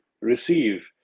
receive